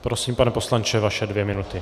Prosím, pane poslanče, vaše dvě minuty.